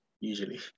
usually